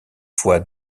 fois